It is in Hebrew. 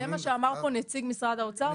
זה מה שאמר פה נציג משרד האוצר,